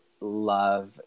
love